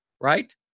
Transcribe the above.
right